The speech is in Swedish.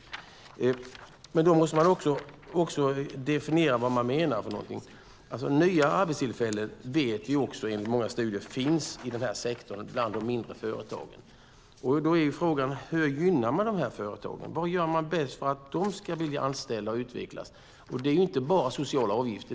Man måste också definiera vad man menar för någonting. Vi vet enligt många studier att nya företag finns i denna sektor bland de mindre företagen. Hur gynnar man de företagen? Vad gör man bäst för att de ska vilja anställa och utvecklas? Det handlar inte bara om sociala avgifter.